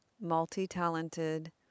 multi-talented